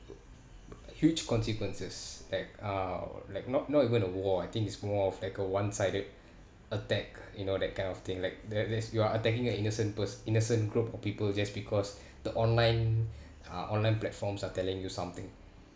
huge consequences like uh like not not going the war I think is more of like a one-sided attack you know that kind of thing like there there's you are attacking a innocent pers~ innocent group of people just because the online uh online platforms are telling you something